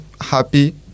happy